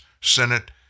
Senate